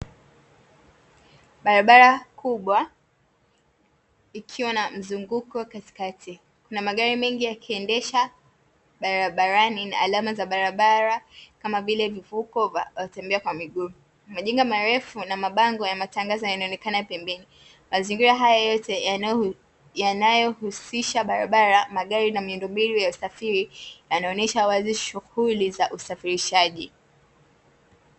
Barabara kubwa ikiwa na mzunguko katikati, kuna magari mengi yakiendeshwa barabarani na alama za barabara kama vile: vivuko vya watembea kwa miguu, majina marefu na mabango ya matangazo yanaonekana pembeni, mazingira haya yote yanayohusisha barabara, magari na miundombinu ya usafiri yanaonyesha wazi shughuli za usafirishaji.